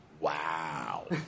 Wow